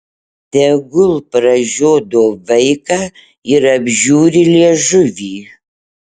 tegul pražiodo vaiką ir apžiūri liežuvį